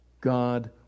God